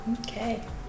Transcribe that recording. Okay